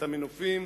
את המנופים,